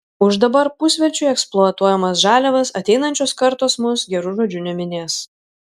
už dabar pusvelčiui eksploatuojamas žaliavas ateinančios kartos mus geru žodžiu neminės